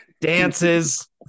dances